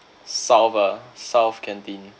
south ah south canteen